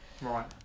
Right